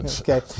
Okay